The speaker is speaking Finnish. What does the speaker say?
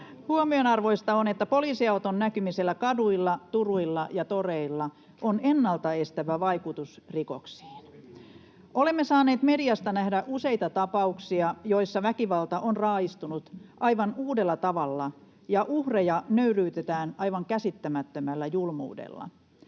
Huomionarvoista on, että poliisiauton näkymisellä kaduilla, turuilla ja toreilla on ennalta estävä vaikutus rikoksiin. Olemme saaneet mediasta nähdä useita tapauksia, joissa väkivalta on raaistunut aivan uudella tavalla ja uhreja nöyryytetään aivan käsittämättömällä julmuudella.